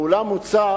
ואולם מוצע